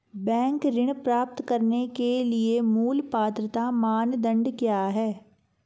Bank ऋण प्राप्त करने के लिए मूल पात्रता मानदंड क्या हैं?